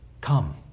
come